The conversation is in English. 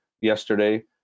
yesterday